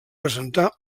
presentar